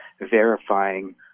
verifying